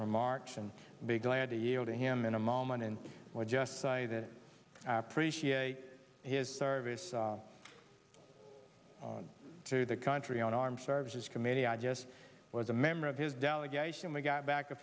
remarks and be glad to yield to him in a moment and would just say that i appreciate his service to the country on armed services committee i just was a member of his delegation we got back a